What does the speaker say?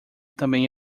também